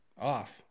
off